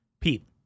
Pete